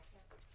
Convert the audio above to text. עדיין לא נענו,